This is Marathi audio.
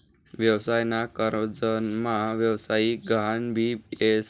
व्यवसाय ना कर्जमा व्यवसायिक गहान भी येस